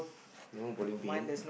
no balling bin